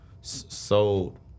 sold